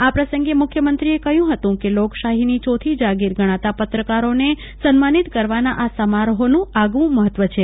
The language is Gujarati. આ પ્રસંગે મુખ્યમંત્રીએ કહ્યું કે લોકશાહીની ચોથી જાગીર ગણાતા પત્રકારોને સન્માનિત કરવાના આ સમારોફ નું આગવું મફત્વ છે